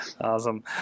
Awesome